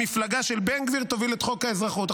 שהמפלגה של בן גביר תוביל את חוק האזרחות.